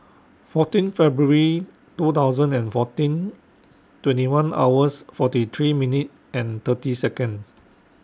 fourteen February two thousand and fourteen twenty one hours forty three minutes and thirty Seconds